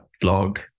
blog